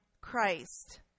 Christ